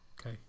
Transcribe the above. Okay